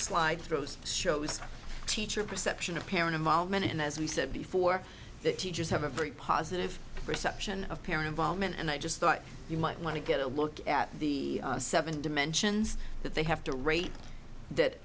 slide throws shows teacher perception of parent involvement and as we said before that teachers have a very positive perception of parent volman and i just thought you might want to get a look at the seven dimensions that they have to rate that